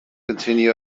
continue